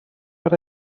but